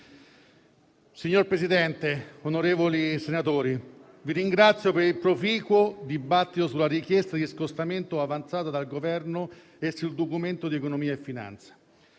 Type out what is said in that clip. Signor Presidente, onorevoli senatori, vi ringrazio per il proficuo dibattito sulla richiesta di scostamento avanzata dal Governo e sul Documento di economia e finanza.